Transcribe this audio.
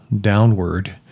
downward